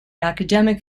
academic